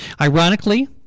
Ironically